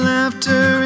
Laughter